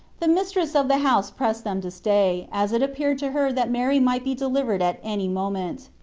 the mistress of the house pressed them to stay, as it appeared to her that mary might be delivered at any moment.